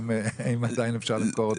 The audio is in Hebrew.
האם עדיין אפשר למכור אותו?